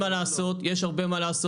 מה זה